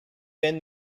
been